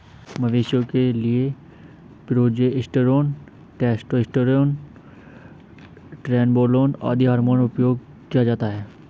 मवेशियों के लिए प्रोजेस्टेरोन, टेस्टोस्टेरोन, ट्रेनबोलोन आदि हार्मोन उपयोग किया जाता है